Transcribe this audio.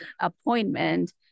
appointment